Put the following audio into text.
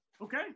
Okay